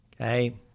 Okay